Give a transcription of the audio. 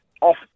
off